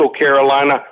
Carolina